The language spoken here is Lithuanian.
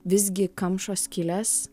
visgi kamšo skyles